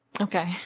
Okay